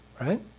right